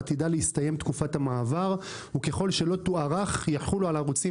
עתידה להסתיים תקופת המעבר וככל שהיא לא תוארך יחולו על הערוצים